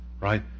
Right